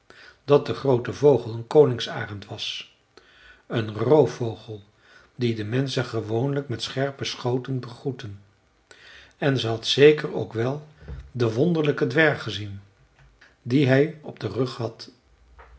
dat de groote vogel een koningsarend was een roofvogel die de menschen gewoonlijk met scherpe schoten begroeten en ze had zeker ook wel den wonderlijken dwerg gezien dien hij op den rug had